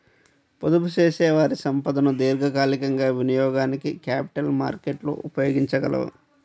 పొదుపుచేసేవారి సంపదను దీర్ఘకాలికంగా వినియోగానికి క్యాపిటల్ మార్కెట్లు ఉపయోగించగలవు